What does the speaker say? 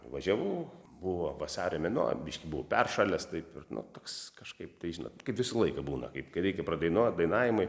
važiavau buvo vasario mėnuo biškį buvau peršalęs taip ir nu toks kažkaip tai žinot kaip visą laiką būna kai reikia pradainuot dainavimai